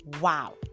Wow